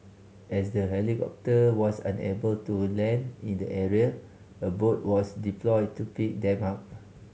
as the helicopter was unable to land in the area a boat was deployed to pick them up